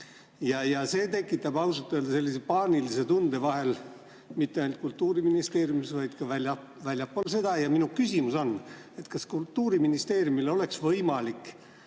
See tekitab ausalt öelda sellise paanilise tunde vahel, mitte ainult Kultuuriministeeriumis, vaid ka väljaspool seda. Minu küsimus on, kas Kultuuriministeeriumil oleks võimalik